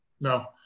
No